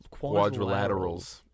Quadrilaterals